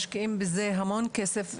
משקיעים בזה המון כסף,